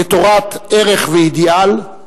לתורת ערך ואידיאל,